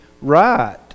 right